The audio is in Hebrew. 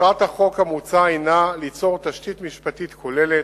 מטרת החוק המוצע היא ליצור תשתית משפטית כוללת,